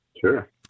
Sure